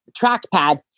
trackpad